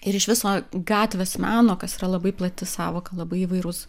ir iš viso gatvės meno kas yra labai plati sąvoka labai įvairūs